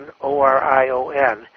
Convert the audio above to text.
O-R-I-O-N